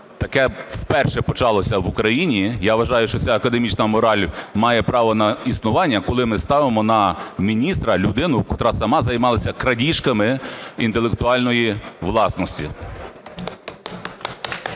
Таке вперше почалося в Україні. Я вважаю, що це академічна мораль має право на існування, коли ми ставимо на міністра людину, котра сама займалася крадіжками інтелектуальної власності.